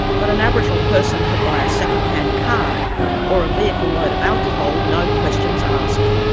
but an aboriginal person could buy a second hand car or a vehicle-load of alcohol no questions asked.